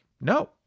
no